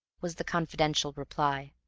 was the confidential reply.